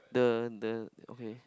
the the okay